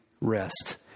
rest